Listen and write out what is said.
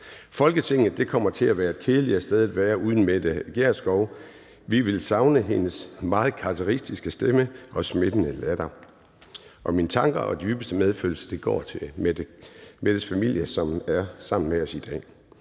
Folketinget kommer til at være et kedeligere sted at være uden Mette Gjerskov. Vi vil savne hendes meget karakteristiske stemme og smittende latter. Mine tanker og dybeste medfølelse går til Mettes familie, som er sammen med os i dag.